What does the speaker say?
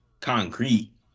concrete